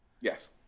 Yes